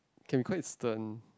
can be quite stern